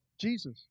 Jesus